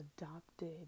adopted